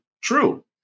true